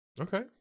Okay